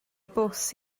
bws